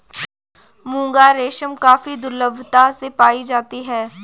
मुगा रेशम काफी दुर्लभता से पाई जाती है